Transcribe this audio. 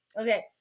Okay